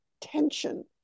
tension